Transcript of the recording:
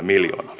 kyllä